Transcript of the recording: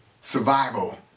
Survival